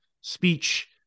speech